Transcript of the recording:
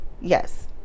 yes